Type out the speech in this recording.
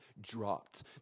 dropped